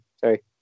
Sorry